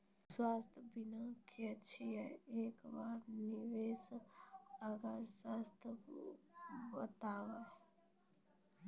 स्वास्थ्य बीमा की छियै? एकरऽ नियम आर सर्त बताऊ?